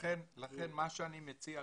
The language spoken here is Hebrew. לכן מה שאני מציע,